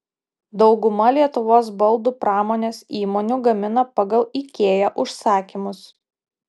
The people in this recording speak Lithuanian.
dauguma lietuvos baldų pramonės įmonių gamina pagal ikea užsakymus